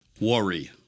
worry